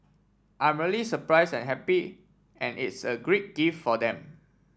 I'm really surprise and happy and it's a great gift for them